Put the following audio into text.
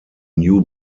new